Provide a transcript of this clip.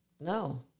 No